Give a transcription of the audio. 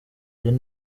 ibyo